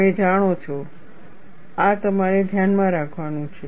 તમે જાણો છો આ તમારે ધ્યાનમાં રાખવાનું છે